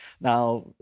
Now